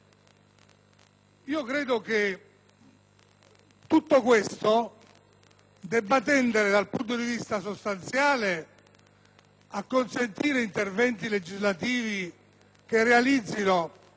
normativa debba tendere, dal punto di vista sostanziale, a consentire interventi legislativi che realizzino